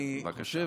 אני חושב,